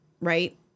right